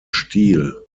stiel